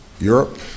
Europe